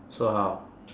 so how